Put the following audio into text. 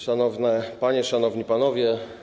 Szanowne Panie, Szanowni Panowie!